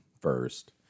first